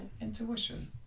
intuition